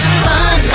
fun